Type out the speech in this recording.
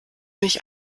mich